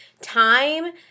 time